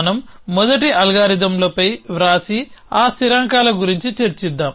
మనం మొదట అల్గారిథమ్లపై వ్రాసి ఆ స్థిరాంకాల గురించి చర్చిద్దాం